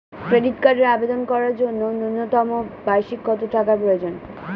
Credit কার্ডের আবেদন করার জন্য ন্যূনতম বার্ষিক কত টাকা প্রয়োজন?